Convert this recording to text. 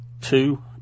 two